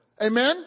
Amen